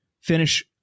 finish